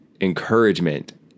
encouragement